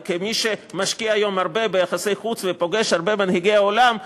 וכמי שמשקיע היום הרבה ביחסי חוץ ופוגש הרבה מנהיגי עולם,